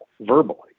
verbally